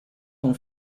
ton